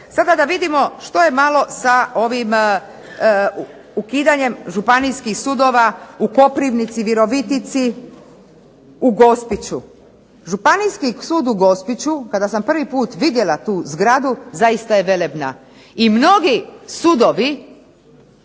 Sada da vidimo što je malo sa ovim ukidanjem županijskih sudova u Koprivnici, Virovitici, u Gospiću. Županijski sud u Gospiću, kada sam prvi put vidjela tu zgradu zaista je velebna. I mnogi sudovi